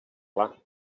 clar